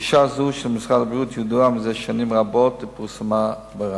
גישה זו של משרד הבריאות ידועה זה שנים רבות ופורסמה ברבים.